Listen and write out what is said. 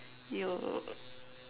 you